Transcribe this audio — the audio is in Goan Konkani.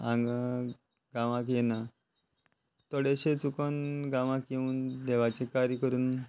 हांगा गांवाक येना थोडेशे चुकून गांवाक येवन देवाचे कार्य करून